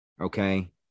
Okay